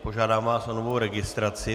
Požádám vás o novou registraci.